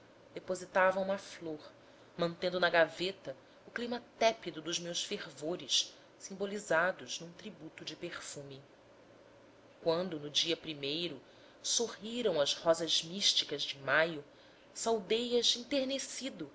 depositava uma flor mantendo na gaveta o clima tépido dos meus fervores simbolizados num tributo de perfume quando no dia primeiro sorriram as rosas místicas de maio saudei as enternecido